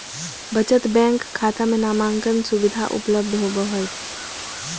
बचत बैंक खाता में नामांकन सुविधा उपलब्ध होबो हइ